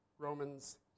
Romans